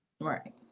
Right